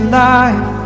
life